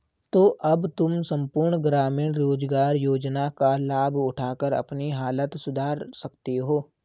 तो अब तुम सम्पूर्ण ग्रामीण रोज़गार योजना का लाभ उठाकर अपनी हालत सुधार सकते हो